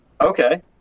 Okay